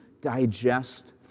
digest